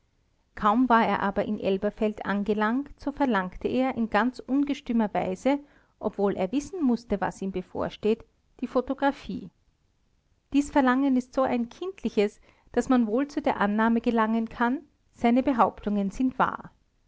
kaum war er aber in elberfeld angelangt so verlangte er in ganz ungestümer weise obwohl er wissen mußte was ihm bevorsteht die photographie dies verlangen ist ein so kindliches daß man wohl zu der annahme gelangen kann seine behauptungen sind wahr